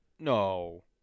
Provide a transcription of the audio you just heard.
No